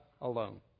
alone